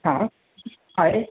हा आहे